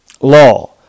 law